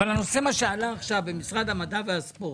הנושא שעלה עכשיו במשרד המדע והספורט,